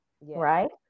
Right